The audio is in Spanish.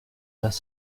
las